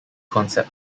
concept